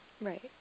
Right